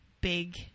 big